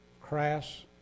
crass